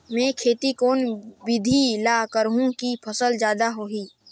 मै खेती कोन बिधी ल करहु कि फसल जादा होही